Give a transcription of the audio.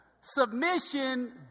Submission